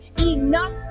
enough